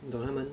你懂他们